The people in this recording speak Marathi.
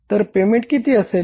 तर पेमेंट किती असेल